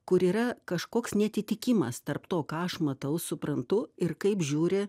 kur yra kažkoks neatitikimas tarp to ką aš matau suprantu ir kaip žiūri